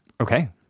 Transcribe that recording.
Okay